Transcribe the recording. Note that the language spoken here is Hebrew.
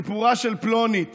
את סיפורה של פלונית